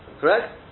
Correct